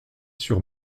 sur